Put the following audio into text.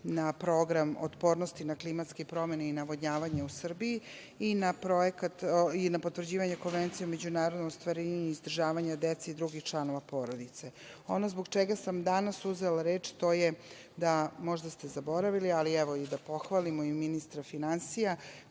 na program otpornosti na klimatske promene i navodnjavanje u Srbiji i na potvrđivanje Konvencije međunarodne o izdržavanju dece i drugih članova porodice. Ono zbog čega sam danas uzela reč, to je da, možda ste zaboravili, ali evo i da pohvalimo i ministra finansija,